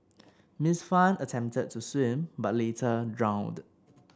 Ms Fan attempted to swim but later drowned